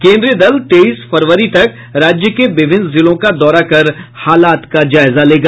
केन्द्रीय दल तेईस फरवरी तक राज्य के विभिन्न जिलों का दौरा कर हालात का जायजा लेगा